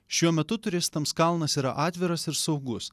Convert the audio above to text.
šiuo metu turistams kalnas yra atviras ir saugus